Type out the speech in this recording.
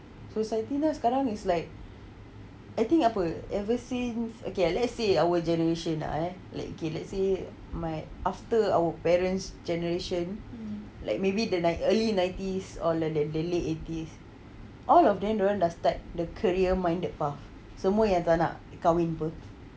society nya sekarang now is like I think apa ever since okay let's say our generation ah eh like okay let's say my after our parents' generation like maybe the like early nineties or like the late eighties all of them run dusted the career minded path semua yang tak nak kahwin pun